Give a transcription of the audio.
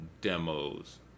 demos